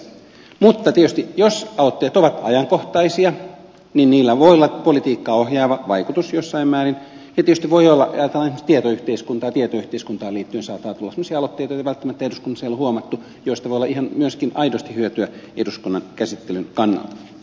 mutta tietysti jos aloitteet ovat ajankohtaisia niin niillä voi olla politiikkaa ohjaava vaikutus jossain määrin ja tietysti voi olla kun ajatellaan esimerkiksi tietoyhteiskuntaa että tietoyhteiskuntaan liittyen saattaa tulla semmoisia aloitteita joita välttämättä eduskunnassa ei ole huomattu joista voi olla myöskin ihan aidosti hyötyä eduskunnan käsittelyn kannalta